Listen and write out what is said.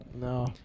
No